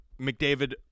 McDavid